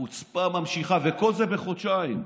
החוצפה נמשכת, וכל זה בחודשיים.